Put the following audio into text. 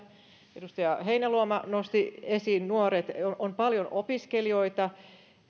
edustaja heinäluoma nosti esiin nuoret on paljon opiskelijoita